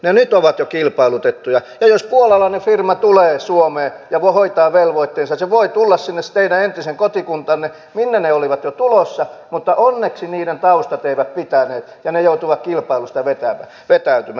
ne nyt ovat jo kilpailutettuja ja jos puolalainen firma tulee suomeen ja hoitaa velvoitteensa se voi tulla sinne teidän entiseen kotikuntaanne minne ne olivat jo tulossa mutta onneksi niiden taustat eivät pitäneet ja ne joutuivat kilpailusta vetäytymään